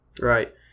Right